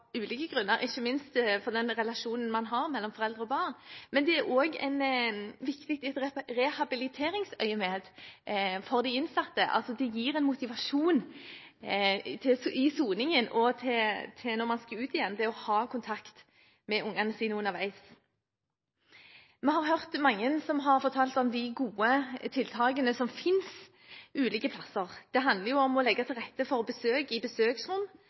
ulike grunner, ikke minst for den relasjonen man har mellom foreldre og barn. Men det er viktig også i rehabiliteringsøyemed for de innsatte. Det å ha kontakt med ungene sine underveis gir motivasjon i soningen og fram til man skal ut igjen. Vi har hørt mange som har fortalt om de gode tiltakene som finnes ulike plasser. Det handler om å legge til rette for besøk i besøksrom